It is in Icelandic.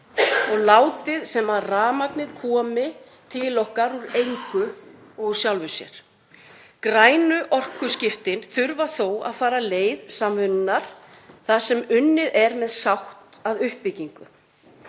og látið sem rafmagnið komi til okkar úr engu og af sjálfu sér. Grænu orkuskiptin þurfa þó að fara leið samvinnunnar þar sem unnið er með sátt að uppbyggingu.